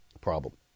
Problem